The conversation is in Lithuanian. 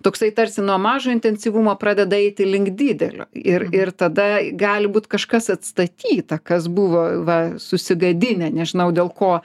toksai tarsi nuo mažo intensyvumo pradeda eiti link didelio ir ir tada gali būt kažkas atstatyta kas buvo va susigadinę nežinau dėl ko